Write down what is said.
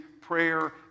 prayer